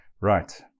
Right